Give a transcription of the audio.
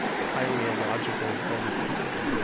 highly illogical world of people